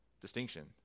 distinction